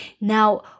Now